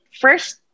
first